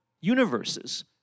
universes